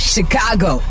Chicago